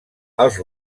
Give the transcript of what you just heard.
els